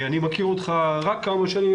אני מכיר אותך רק כמה שנים,